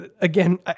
again